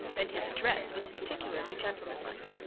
and his address was particularly gentlemanlike.